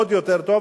עוד יותר טוב,